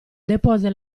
depose